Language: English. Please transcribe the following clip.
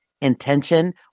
Intention